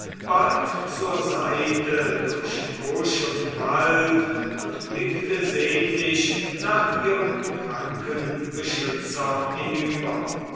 bald zur seite durch busch und wald und blickte sehnlich nach ihrem kranken beschützer hinüber